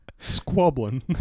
Squabbling